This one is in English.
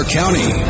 county